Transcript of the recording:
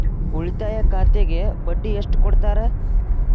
ಉಳಿತಾಯ ಖಾತೆಗೆ ಬಡ್ಡಿ ಎಷ್ಟು ಕೊಡ್ತಾರ?